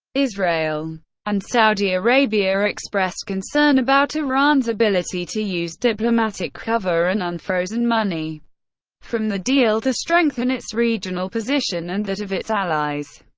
israel and saudi arabia expressed concern about iran's ability to use diplomatic cover and unfrozen money from the deal to strengthen its regional position and that of its allies.